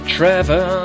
Trevor